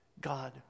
God